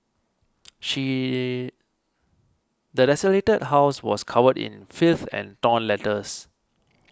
the desolated house was covered in filth and torn letters